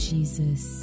Jesus